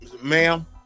ma'am